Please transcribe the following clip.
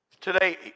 Today